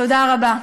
תודה רבה.